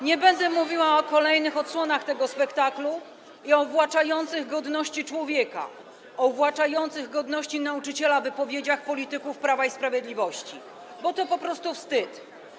Nie będę mówiła o kolejnych odsłonach tego spektaklu i o uwłaczających godności człowieka, o uwłaczających godności nauczyciela wypowiedziach polityków Prawa i Sprawiedliwości, bo to po prostu wstyd.